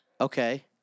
Okay